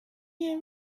year